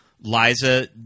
Liza